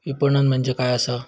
विपणन म्हणजे काय असा?